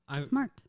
smart